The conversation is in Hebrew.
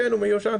הוא מיושן,